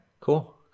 cool